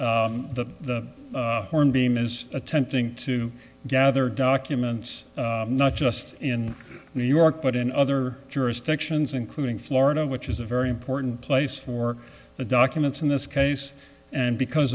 is attempting to gather documents not just in new york but in other jurisdictions including florida which is a very important place for the documents in this case and because